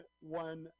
one